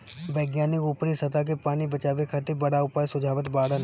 वैज्ञानिक ऊपरी सतह के पानी बचावे खातिर बड़ा उपाय सुझावत बाड़न